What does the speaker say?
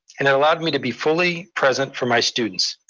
and it allowed me to be fully present for my students,